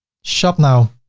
shop now.